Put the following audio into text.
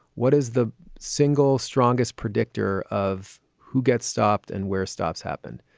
what is the single strongest predictor of who gets stopped and where stops happen?